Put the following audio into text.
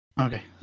Okay